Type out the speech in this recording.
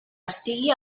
estigui